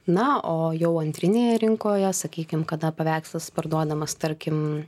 na o jau antrinėje rinkoje sakykim kada paveikslas parduodamas tarkim